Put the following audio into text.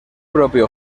propio